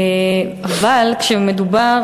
מדוע,